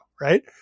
right